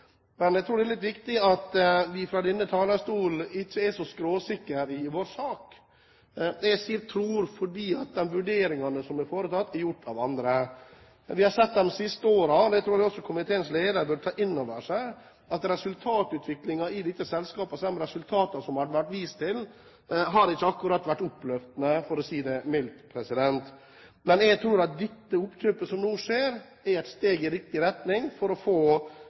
Men jeg tror det er litt viktig at vi fra denne talerstolen ikke er så skråsikker i vår sak – jeg sier «tror», for de vurderingene som er foretatt, er gjort av andre. Vi har sett de siste årene, og det tror jeg også komiteens leder bør ta inn over seg, at resultatutviklingen i dette selskapet – de resultatene som det har vært vist til – ikke akkurat har vært oppløftende, for å si det mildt. Men jeg tror at dette oppkjøpet som når skjer, er et steg i riktig retning for å få